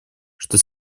что